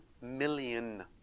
million